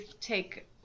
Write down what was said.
take